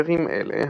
מחקרים אלה,